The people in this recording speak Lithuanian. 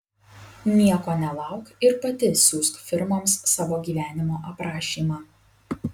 nieko nelauk ir pati siųsk firmoms savo gyvenimo aprašymą